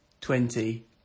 Twenty